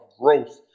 growth